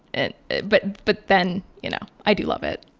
and but but then, you know, i do love it,